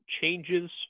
changes